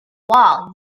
wall